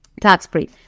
tax-free